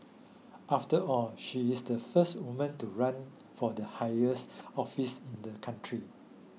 after all she is the first woman to run for the highest office in the country